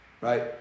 Right